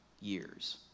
years